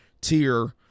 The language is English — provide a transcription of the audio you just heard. tier